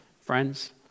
Friends